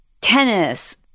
tennis